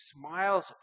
smiles